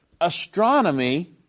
Astronomy